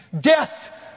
Death